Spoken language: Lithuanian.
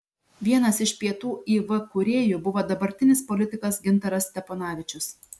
vienas iš pietų iv kūrėjų buvo dabartinis politikas gintaras steponavičius